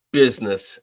business